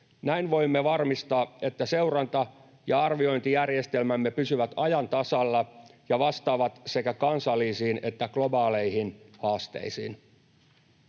Näin voimme varmistaa, että seuranta- ja arviointijärjestelmämme pysyvät ajan tasalla ja vastaavat sekä kansallisiin että globaaleihin haasteisiin.